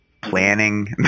planning